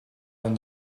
when